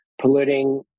polluting